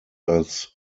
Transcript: als